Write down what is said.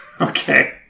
Okay